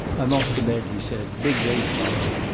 i'm off to bed, he said. big day to-morrow.